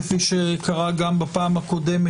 כפי שקרה גם בפעם הקודמת,